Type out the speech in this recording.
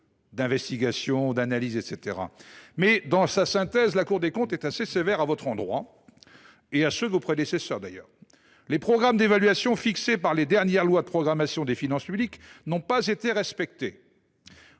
d’investigation et d’analyse a donc été déjà fait. Dans sa synthèse, la Cour des comptes est assez sévère à votre endroit et à l’égard de vos prédécesseurs :« Les programmes d’évaluation fixés par les dernières lois de programmation des finances publiques n’ont pas été respectés.